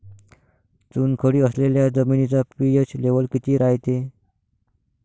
चुनखडी असलेल्या जमिनीचा पी.एच लेव्हल किती रायते?